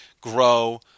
grow